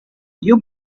you